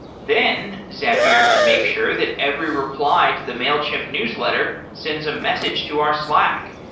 then zapier can make sure that every reply to the mailchimp newsletter sends a message to our slack.